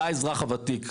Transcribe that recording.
לאזרח הוותיק.